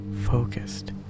focused